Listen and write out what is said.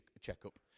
checkup